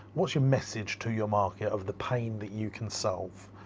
what's your message to your market of the pain that you can solve?